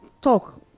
talk